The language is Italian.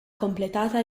completata